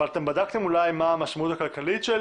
אבל אתם בדקתם אולי מה המשמעות הכלכלית של